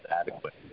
adequate